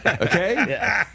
Okay